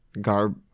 Garb